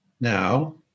now